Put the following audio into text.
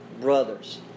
brothers